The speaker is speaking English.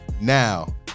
now